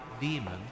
demon